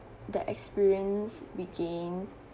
the experience we gained